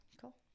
Cool